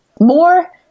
more